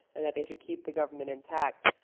and that they should keep the government intact.